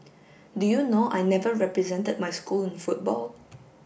do you know I never represented my school in football